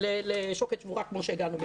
לשוקת שבורה, כמו שהגענו.